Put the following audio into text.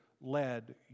led